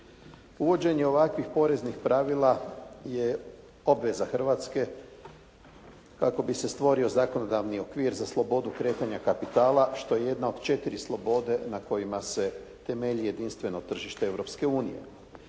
Uvođenje ovakvih poreznih pravila je obveza Hrvatske kako bi se stvorio zakonodavni okvir za slobodu kretanja kapitala, što je jedna od 4 slobode na kojima se temelji jedinstveno tržište